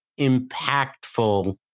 impactful